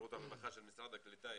שירות הרווחה של משרד הקליטה,